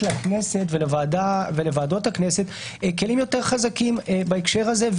לכנסת ולוועדות הכנסת כלים יותר חזקים בהקשר הזה,